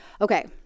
Okay